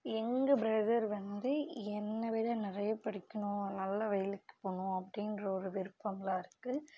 எங்கள் ப்ரதெர் வந்து என்னை விட நிறைய படிக்கணும் நல்ல வேலைக்கி போகணும் அப்படின்ற ஒரு விருப்பம்லாம் இருக்குது